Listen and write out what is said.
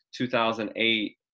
2008